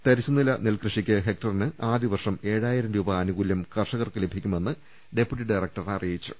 തരിശു നില നെൽകൃഷിക്ക് ഹെക്ടറിന് ആദൃ വർഷം ഏഴായിരം രൂപ്പ ആനുകൂലൃം കർഷകർക്ക് ലഭിക്കുമെന്ന് ഡപ്യൂട്ടി ഡയറക്ടർ അറിയിച്ചു